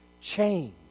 change